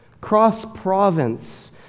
cross-province